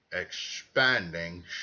expanding